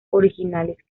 originales